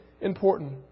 important